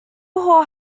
haul